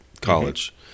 college